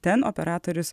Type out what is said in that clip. ten operatorius